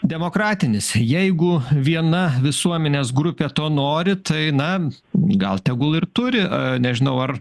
demokratinis jeigu viena visuomenės grupė to nori tai na gal tegul ir turi nežinau ar